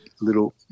little